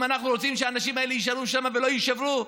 אם אנחנו רוצים שהאנשים האלה יישארו שם ולא יישברו.